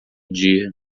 dia